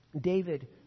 David